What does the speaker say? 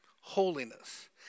Holiness